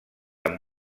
amb